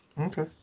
Okay